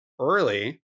early